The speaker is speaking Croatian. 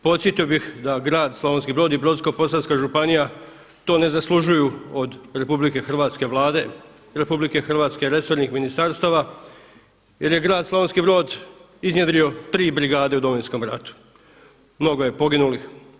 Podsjetio bih da grad Slavonski Brod i Brodsko Posavska županija to ne zaslužuju od RH Vlade i RH resornih ministarstava jer je grad Slavonski Brod iznjedrio tri brigade u Domovinskom ratu, mnogo je poginulih.